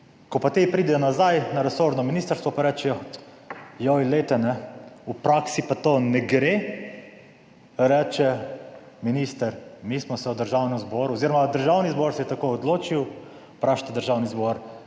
Ko pa ti pridejo nazaj na resorno ministrstvo, pa rečejo, "joj, glejte, v praksi pa to ne gre", reče minister, "mi smo se v Državnem zboru oziroma Državni zbor se je tako odločil, vprašajte Državni zbor